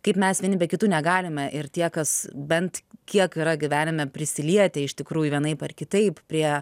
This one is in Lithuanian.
kaip mes vieni be kitų negalime ir tie kas bent kiek yra gyvenime prisilietę iš tikrųjų vienaip ar kitaip prie